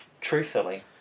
truthfully